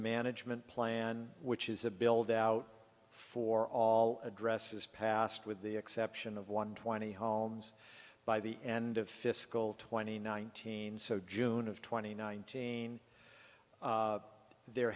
management plan which is a build out for all addresses passed with the exception of one twenty homes by the end of fiscal twenty nineteen so june of twenty nineteen there